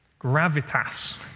gravitas